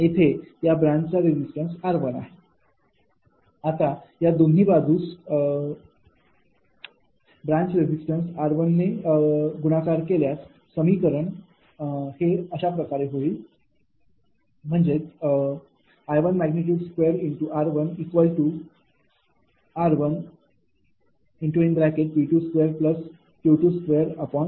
येथे या ब्रांचचा रेजिस्टन्स 𝑟 आहे आता या दोन्ही बाजूस ब्रांच रेजिस्टन्स 𝑟 ने गुणाकार केल्यास समीकरण I2𝑟 rP2Q2 V2 असे असेल